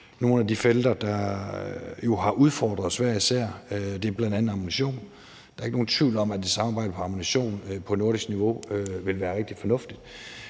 nogle af de felter, der jo har udfordret os hver især. Det er bl.a. ammunition. Der er ikke nogen tvivl om, at et samarbejde om ammunition på nordisk niveau ville være rigtig fornuftigt.